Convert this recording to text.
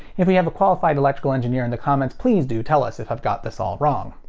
if we have a qualified electrical engineer in the comments, please do tell us if i've got this all wrong.